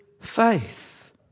faith